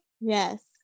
Yes